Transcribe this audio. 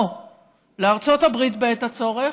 או לארצות הברית בעת הצורך,